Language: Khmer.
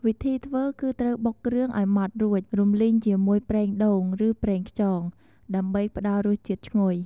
វិធីធ្វើ គឺត្រូវបុកគ្រឿងឱ្យម៉ដ្ឋរួច រំលីងជាមួយប្រេងដូង ឬប្រេងខ្យង ដើម្បីផ្ដល់រសជាតិឈ្ងុយ។